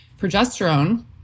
progesterone